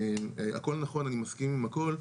הכול נכון, אני מסכים עם הכול,